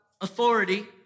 authority